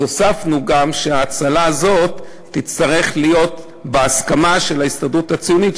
הוספנו גם שההאצלה הזאת תצטרך להיות בהסכמה של ההסתדרות הציונית,